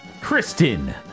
Kristen